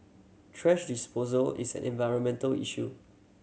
thrash disposal is an environmental issue